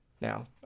Now